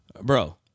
Bro